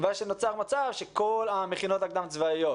הבעיה היא שנוצר מצב שכל המכינות הקדם-צבאיות